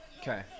Okay